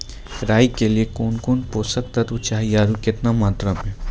राई के लिए कौन कौन पोसक तत्व चाहिए आरु केतना मात्रा मे?